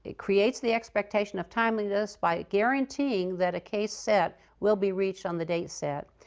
ah creates the expectation of timeliness by guaranteeing that a case set will be reached on the date set,